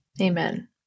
Amen